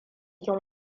yawa